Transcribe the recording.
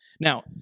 Now